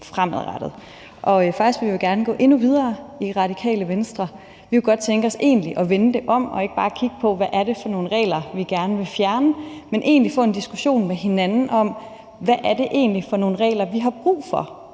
fremadrettet. Faktisk vil vi gerne gå endnu videre i Radikale Venstre. Vi kunne godt tænke os egentlig at vende det om, og ikke bare kigge på, hvad det er for nogle regler, vi gerne vil fjerne, men få en diskussion med hinanden om, hvad det er for nogle regler, vi har brug for,